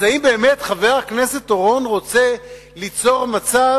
אז האם באמת חבר הכנסת אורון רוצה ליצור מצב